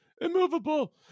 immovable